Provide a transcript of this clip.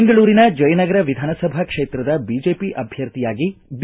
ಬೆಂಗಳೂರಿನ ಜಯನಗರ ವಿಧಾನಸಭಾ ಕ್ಷೇತ್ರದ ಬಿಜೆಪಿ ಅಭ್ಯರ್ಥಿಯಾಗಿ ಬಿ